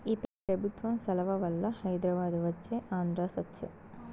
ఈ పెబుత్వం సలవవల్ల హైదరాబాదు వచ్చే ఆంధ్ర సచ్చె